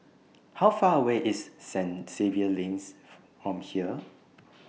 How Far away IS Saint Xavier's Lane from here